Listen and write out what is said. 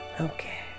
Okay